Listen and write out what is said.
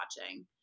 watching